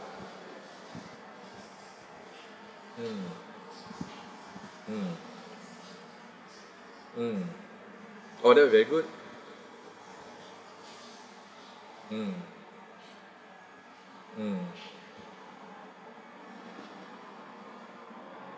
mm mm mm order very good mm mm